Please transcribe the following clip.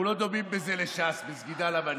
אנחנו לא דומים בזה לש"ס, בסגידה למנהיג.